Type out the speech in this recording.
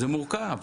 זה מורכב.